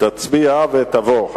תצביע ותבוא.